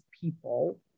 people